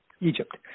Egypt